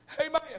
Amen